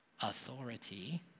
authority